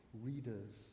readers